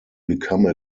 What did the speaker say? become